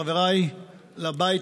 חבריי לבית,